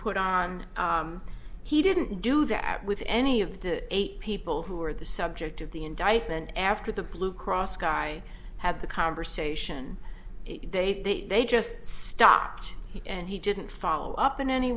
put on he didn't do that with any of the eight people who were the subject of the indictment after the blue cross guy had the conversation they they just stopped and he didn't follow up in any